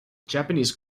japanese